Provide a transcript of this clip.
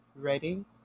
ready